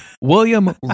william